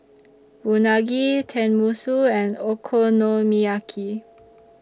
Unagi Tenmusu and Okonomiyaki